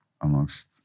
amongst